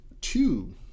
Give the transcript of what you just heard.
two